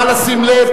נא לשים לב,